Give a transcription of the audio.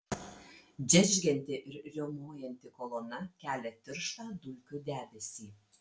džeržgianti ir riaumojanti kolona kelia tirštą dulkių debesį